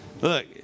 Look